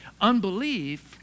Unbelief